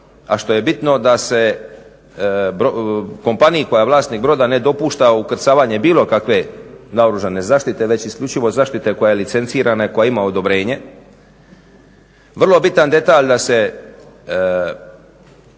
a što je bitno da se kompaniji koja je vlasnik broda ne dopušta ukrcavanje bilo kakve naoružane zaštite već isključivo zaštite koja je licencirana i koja ima odobrenje. Vrlo bitan detalj da se